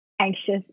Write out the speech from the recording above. anxious